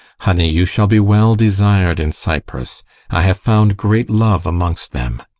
honey, you shall be well desir'd in cyprus i have found great love amongst them.